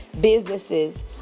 businesses